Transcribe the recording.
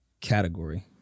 category